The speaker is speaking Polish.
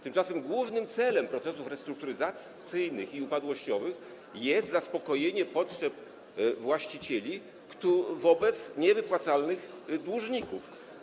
Tymczasem głównym celem procesów restrukturyzacyjnych i upadłościowych jest zaspokojenie potrzeb właścicieli wobec niewypłacalnych dłużników.